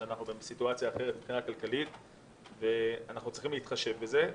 שאנחנו בסיטואציה אחרת מבחינה כלכלית ואנחנו צריכים להתחשב בזה.